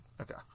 Okay